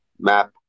map